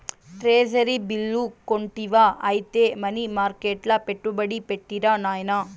treasury bill కొంటివా ఐతే money మర్కెట్ల పెట్టుబడి పెట్టిరా నాయనా